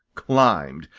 climbed.